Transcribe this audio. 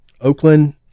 Oakland